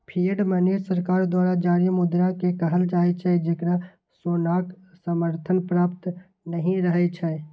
fiat money सरकार द्वारा जारी मुद्रा कें कहल जाइ छै, जेकरा सोनाक समर्थन प्राप्त नहि रहै छै